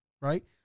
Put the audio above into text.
right